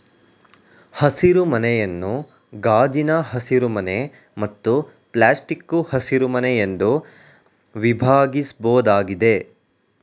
ಹಸಿರುಮನೆಯನ್ನು ಗಾಜಿನ ಹಸಿರುಮನೆ ಮತ್ತು ಪ್ಲಾಸ್ಟಿಕ್ಕು ಹಸಿರುಮನೆ ಎಂದು ವಿಭಾಗಿಸ್ಬೋದಾಗಿದೆ